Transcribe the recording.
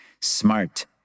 Smart